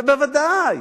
בוודאי.